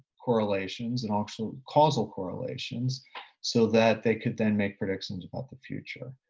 correlations and actual causal correlations so that they could then make predictions about the future.